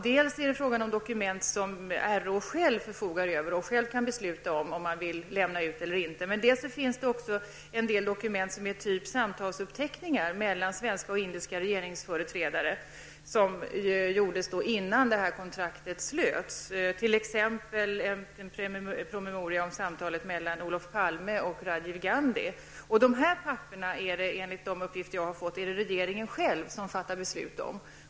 Dels är det fråga om dokument som RÅ själv förfogar över och som RÅ själv kan besluta om man vill lämna ut eller inte, dels är det fråga om en del dokument av typ uppteckningar av samtal mellan svenska och indiska regeringsföreträdare som gjordes innan kontraktet slöts, t.ex. en promemoria om samtalet mellan Olof Palme och Radjiv Gandhi. De papperen fattar regeringen själv beslut om enligt de uppgifter som jag har fått.